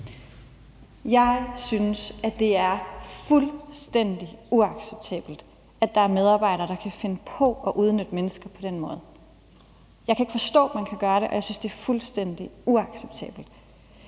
Jeg synes, at det er fuldstændig uacceptabelt, at der er medarbejdere, der kan finde på at udnytte mennesker på den måde. Jeg kan ikke forstå, at man kan gøre det, og jeg synes, det er fuldstændig uacceptabelt.